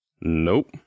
Nope